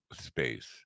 space